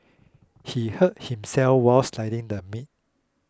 he hurt himself while slicing the meat